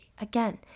Again